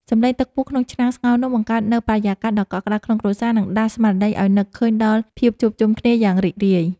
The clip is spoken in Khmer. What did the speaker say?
សម្លេងទឹកពុះក្នុងឆ្នាំងស្ងោរនំបង្កើតនូវបរិយាកាសដ៏កក់ក្តៅក្នុងគ្រួសារ និង ដាស់ស្មារតីឱ្យនឹកឃើញដល់ភាពជួបជុំគ្នាយ៉ាងរីករាយ។